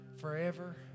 forever